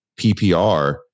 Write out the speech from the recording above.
PPR